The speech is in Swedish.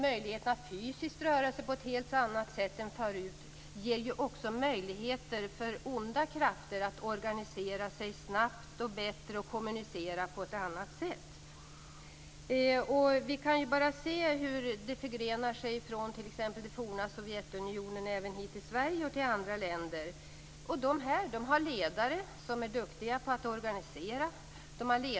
Möjligheterna att fysiskt röra sig på ett annat sätt än tidigare ger också möjligheter för onda krafter att organisera sig snabbt, bättre och att kommunicera på andra sätt. Vi kan t.ex. se förgreningar från forna Sovjetunionen till Sverige och andra länder. Det finns ledare som är duktiga på att organisera.